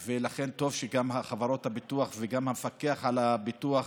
ולכן, טוב שגם חברות הביטוח וגם המפקח על הביטוח